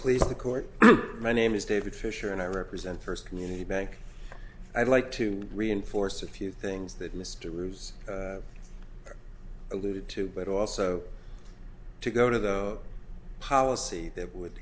please the court my name is david fisher and i represent first community bank i'd like to reinforce a few things that mr roos alluded to but also to go to the policy that would